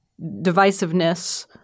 divisiveness